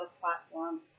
platform